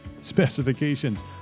specifications